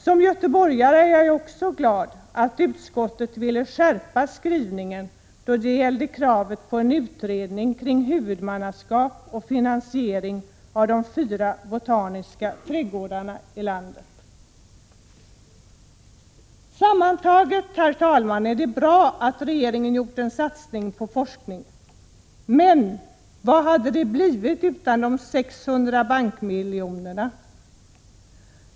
Som göteborgare är jag också glad att utskottet ville skärpa skrivningen då det gällde kravet på en utredning kring huvudmannaskap och finansiering av de fyra botaniska trädgårdarna i landet. Sammantaget, herr talman, är det bra att regeringen gjort en satsning på forskningen. Men vad hade det blivit utan de 600 bankmiljonerna?